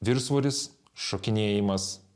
viršsvoris šokinėjimas